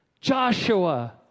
Joshua